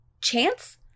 chance